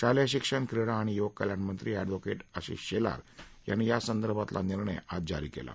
शालेय शिक्षण क्रीडा आणि युवक कल्याण मंत्री अद्विहोकेट आशिष शेलार यांनी यांसंदर्भातला निर्णय आज जारी केला आहे